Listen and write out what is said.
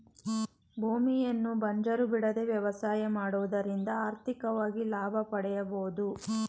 ಭೂಮಿಯನ್ನು ಬಂಜರು ಬಿಡದೆ ವ್ಯವಸಾಯ ಮಾಡುವುದರಿಂದ ಆರ್ಥಿಕವಾಗಿ ಲಾಭ ಪಡೆಯಬೋದು